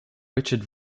richard